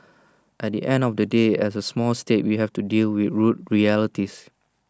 at the end of the day as A small state we have to deal with rude realities